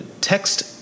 Text